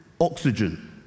oxygen